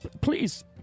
please